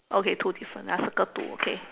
okay two difference I circle two okay